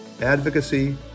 advocacy